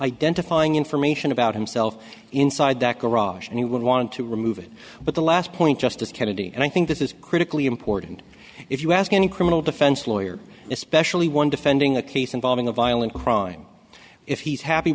identifying information about himself inside that garage and he would want to remove it but the last point justice kennedy and i think this is critically important if you ask any criminal defense lawyer especially one defending a case involving a violent crime if he's happy